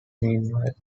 meanwhile